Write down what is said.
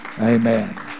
Amen